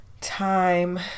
time